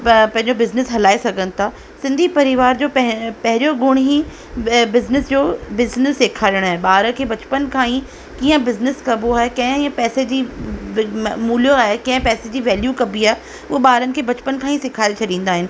पंहिंजो बिज़निस हलाए सघनि था सिंधी परिवार जो पंहिं पहिरियों गुण ई बिज़निस जो बिज़निस सेखारणु आहे ॿार खे बचपन खां ई कीअं बिज़निस कबो आहे कंहिं इहे पैसे जी मूल्य आहे कंहिं पैसे जी वैल्यू कबी आहे उहा ॿारनि खे बचपन खां ई सेखारे छॾींदा आहियूं